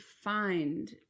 find